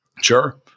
Sure